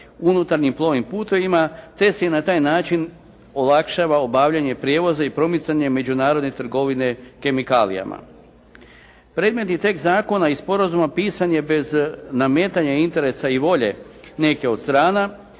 unutarnjim plovnim putevima te se i na taj način olakšava obavljanje prijevoza i promicanje međunarodne trgovine kemikalijama. Predmetni tekst zakona i sporazuma pisan je bez nametanja intresa i volje neke od strana,